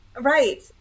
Right